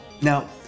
Now